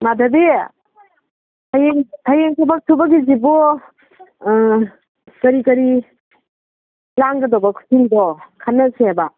ꯃꯥꯗꯕꯤ ꯍꯌꯦꯡ ꯊꯕꯛ ꯁꯨꯕꯒꯤꯁꯤꯕꯨ ꯀꯔꯤ ꯀꯔꯤ ꯂꯥꯡꯒꯗꯕꯁꯤꯡꯗꯣ ꯈꯟꯅꯁꯦꯕ